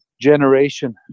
generation